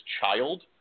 child